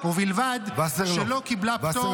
ובלבד שלא קיבלה פטור